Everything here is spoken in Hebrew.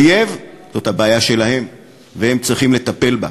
אויב, זאת הבעיה שלהם, והם צריכים לטפל בה,